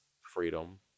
freedom